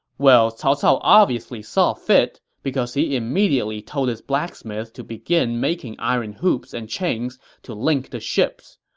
well, cao cao obviously saw fit, because he immediately told his blacksmiths to beginning making iron hoops and chains to link the ships.